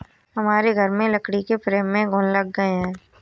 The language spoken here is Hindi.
हमारे घर में लकड़ी के फ्रेम में घुन लग गए हैं